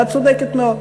ואת צודקת מאוד.